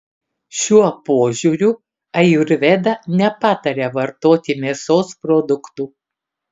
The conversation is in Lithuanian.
šiuo požiūriu ajurveda nepataria vartoti mėsos produktų